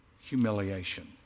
humiliation